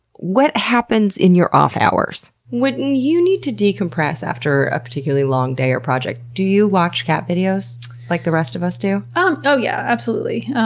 what happens in your off hours? when you need to decompress after a particularly long day or project, do you watch cat videos like the rest of us do? oh oh yeah, absolutely.